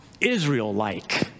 Israel-like